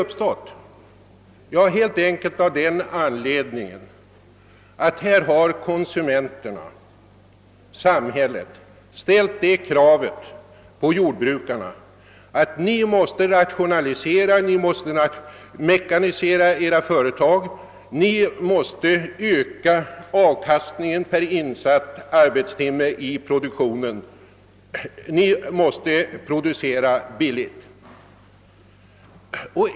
Anledningen är helt enkelt den att konsumenterna-sam hället ställt det kravet på jordbrukarna att de måste rationalisera och mekanisera jordbruken för att därmed öka avkastningen per arbetstimme i produktionen. De är tvungna att producera billigt.